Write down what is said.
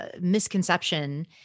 misconception